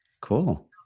Cool